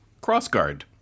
crossguard